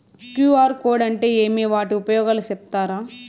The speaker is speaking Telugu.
క్యు.ఆర్ కోడ్ అంటే ఏమి వాటి ఉపయోగాలు సెప్తారా?